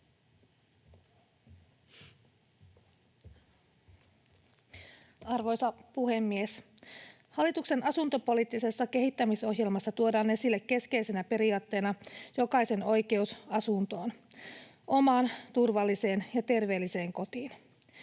Arvoisa puhemies! Hallituksen asuntopoliittisessa kehittämisohjelmassa tuodaan esille keskeisenä periaatteena jokaisen oikeus asuntoon — omaan turvalliseen ja terveelliseen kotiin.